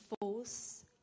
force